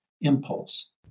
impulse